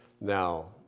Now